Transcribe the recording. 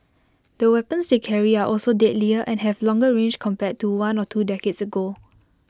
the weapons they carry are also deadlier and have longer range compared to one or two decades ago